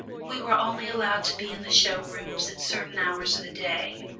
we were only allowed to be in the show-rooms at certain hours of the day,